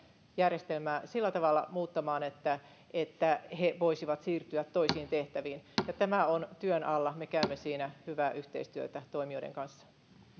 järjestelmää sillä tavalla muuttamaan että että he voisivat siirtyä toisiin tehtäviin tämä on työn alla ja me käymme siinä hyvää yhteistyötä toimijoiden kanssa